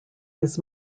his